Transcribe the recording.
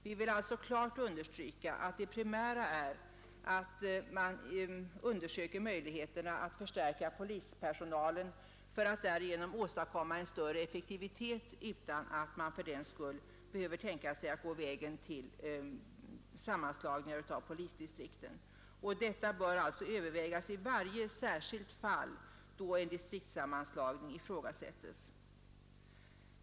Vi vill alltså klart understryka att det primära är att man undersöker möjligheterna att förstärka polispersonalen för att därigenom åstadkomma en större effektivitet utan att man fördenskull behöver tänka sig att gå vägen till sammanslagningar av polisdistrikten. Detta bör alltså övervägas i varje särskilt fall då en distriktssammanslagning ifrågasättes.